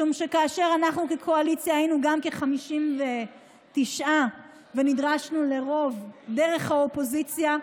משום שכאשר אנחנו כקואליציה היינו 59 ונדרשנו לרוב דרך האופוזיציה,